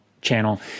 channel